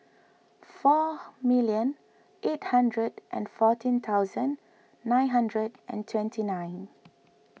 four million eight hundred and fourteen thousand nine hundred and twenty nine